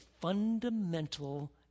fundamental